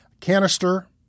canister